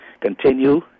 continue